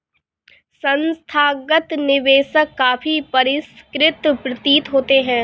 संस्थागत निवेशक काफी परिष्कृत प्रतीत होते हैं